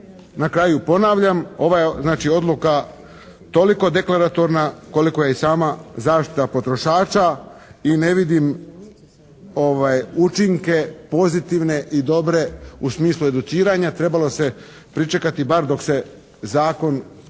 na kraju ponavljam. Ova je znači odluka toliko deklaratorna koliko je i sama zaštita potrošača i ne vidim učinke pozitivne i dobre u smislu educiranja. Trebalo se pričekati bar dok se zakon